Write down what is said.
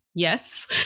Yes